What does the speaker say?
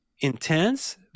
Intense